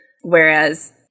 whereas